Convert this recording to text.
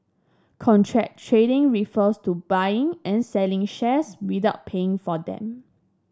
contra trading refers to buying and selling shares without paying for them